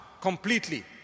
completely